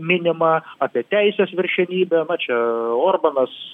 minima apie teisės viršenybę na čia orbanas